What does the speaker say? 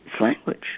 language